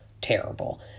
terrible